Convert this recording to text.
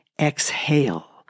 exhale